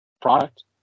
product